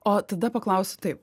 o tada paklausiu taip